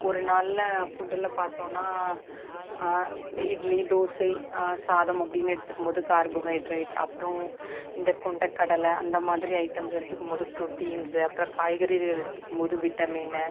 ஒரு நாளில் ஃபுட்டில் பார்த்தோன்னா இந்த இட்லி தோசை சாதம் அப்படின்னு எடுத்துக்கும் போது கார்போஹைட்ரேட் அப்புறம் இந்த கொண்டக்கடலை அந்தமாதிரி ஐட்டம்ஸ் எடுத்துக்கும் போது ப்ரோடீன்ஸ் அப்புறம் காய்கறிகள் எடுத்துக்கும் போது விட்டமின்